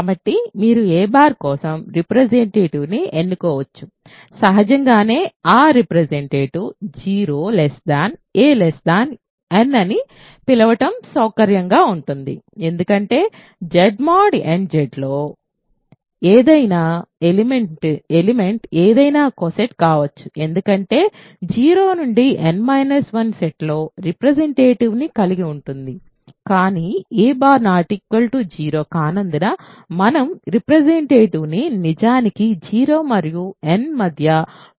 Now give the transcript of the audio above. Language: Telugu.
కాబట్టి మీరు a కోసం రిప్రెసెంటేటివ్ ని ఎంచుకోవచ్చు సహజంగానే ఆ రిప్రెసెంటేటివ్ 0a n అని పిలవడం సౌకర్యంగా ఉంటుంది ఎందుకంటే Z mod nZ లో ఏదైనా ఎలిమెంట్ ఏదైనా కోసెట్ కావచ్చు ఎందుకంటే 0 నుండి n 1 సెట్లో రిప్రెసెంటేటివ్ని కలిగి ఉంటుంది కానీ a 0 కానందున మనం రెప్రసన్టేటివ్ ని నిజానికి 0 మరియు n మధ్య పాజిటివ్ సంఖ్యగా ఎంచుకోవచ్చు